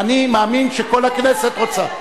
ואני מאמין שכל הכנסת רוצה.